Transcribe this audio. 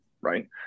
right